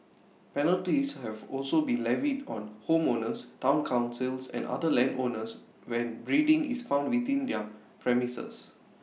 penalties have also been levied on homeowners Town councils and other landowners when breeding is found within their premises